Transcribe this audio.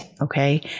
okay